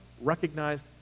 recognized